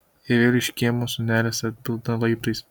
ir vėl iš kiemo sūnelis atbilda laiptais